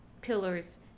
pillars